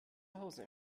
hause